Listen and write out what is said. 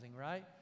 right